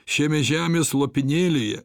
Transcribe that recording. šiame žemės lopinėlyje